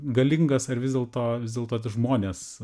galingas ar vis dėlto vis dėlto tie žmonės